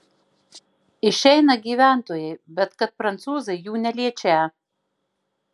išeina gyventojai bet kad prancūzai jų neliečią